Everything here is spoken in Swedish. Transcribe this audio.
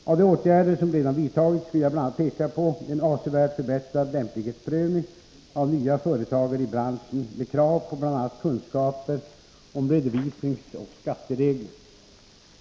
Av de åtgärder som redan vidtagits vill jag bl.a. peka på en avsevärt förbättrad lämplighetsprövning av nya företagare i branschen med krav på bl.a. kunskaper om redovisningsoch skatteregler.